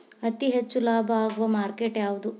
ಅತಿ ಹೆಚ್ಚು ಲಾಭ ಆಗುವ ಮಾರ್ಕೆಟ್ ಯಾವುದು?